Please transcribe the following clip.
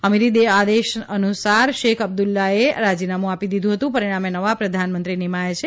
અમીરી આદેશ અનુસાર શેખ અબ્દુલ્લાએ રાજીનામું આપી દીધું હતું પરિણામે નવા પ્રધાનમંત્રી નિમાયા છે